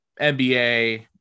NBA